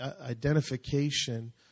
identification